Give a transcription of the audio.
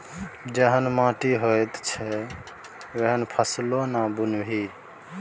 जेहन माटि होइत छै ओहने फसल ना बुनबिही